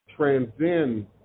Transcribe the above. transcend